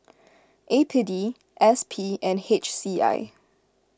A P D S P and H C I